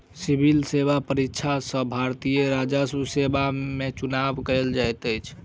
civil सेवा परीक्षा सॅ भारतीय राजस्व सेवा में चुनाव कयल जाइत अछि